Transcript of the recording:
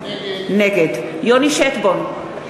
נגד יוני שטבון,